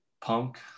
Punk